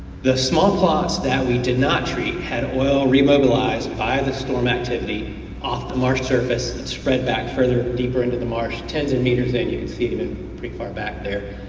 the small plots that we did not treat had oil re-mobilize by the storm activity off the marsh surface and spread back further deeper into the marsh. tens of meters in you can see it pretty far back there.